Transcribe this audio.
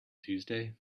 tuesday